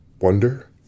wonder